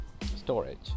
storage